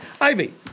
Ivy